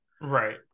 right